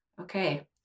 Okay